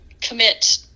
commit